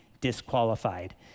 disqualified